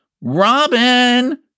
Robin